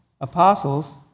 apostles